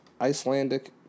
Icelandic